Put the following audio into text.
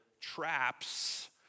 traps